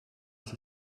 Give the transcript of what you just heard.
have